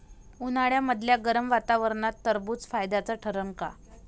उन्हाळ्यामदल्या गरम वातावरनात टरबुज फायद्याचं ठरन का?